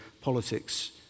politics